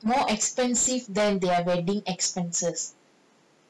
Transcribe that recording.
more expensive than their wedding expenses